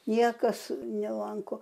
niekas nelanko